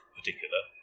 particular